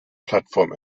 plattform